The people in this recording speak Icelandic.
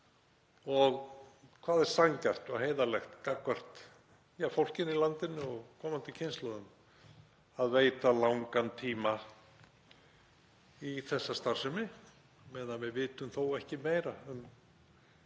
og hvað er sanngjarnt og heiðarlegt gagnvart fólkinu í landinu og komandi kynslóðum að veita langan tíma í þessa starfsemi meðan við vitum þó ekki meira um